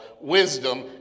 wisdom